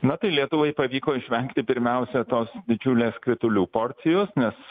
na tai lietuvai pavyko išvengti pirmiausia tos didžiulės kritulių porcijos nes